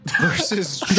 versus